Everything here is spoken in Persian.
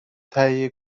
تهیه